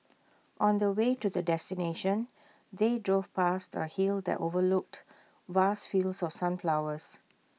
on the way to the destination they drove past A hill that overlooked vast fields of sunflowers